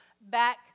back